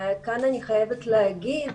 כאן אני חייבת להגיד